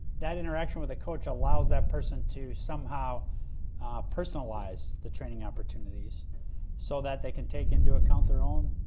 that interaction with a coach allows that person to somehow personalize the training opportunities so that they can take into account their own